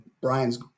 Brian's